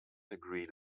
agreed